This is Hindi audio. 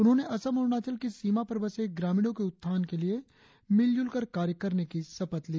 उन्होंने असम अरुणाचल की सीमा पर बसे ग्रामीणों के उत्थान के लिए मिलजुल कर कार्य करने की शपथ ली